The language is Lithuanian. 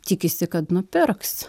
tikisi kad nupirks